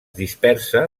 dispersa